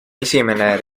esimene